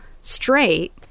Straight